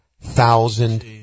thousand